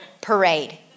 parade